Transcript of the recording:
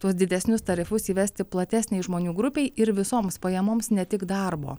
tuos didesnius tarifus įvesti platesnei žmonių grupei ir visoms pajamoms ne tik darbo